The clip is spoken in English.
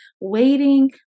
waiting